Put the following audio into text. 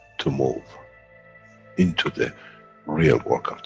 to move into the real work ah